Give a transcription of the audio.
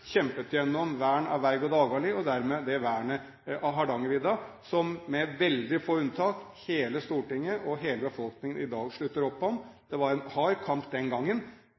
kjempet gjennom vern av Veig og Dagali og dermed det vernet av Hardangervidda som, med veldig få unntak, hele Stortinget og hele befolkningen i dag slutter opp om. Det var en hard kamp den gangen.